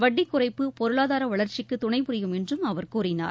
வட்டிக் குறைப்பு பொருளாதார வளர்ச்சிக்கு துணை புரியும் என்று அவர் கூறினார்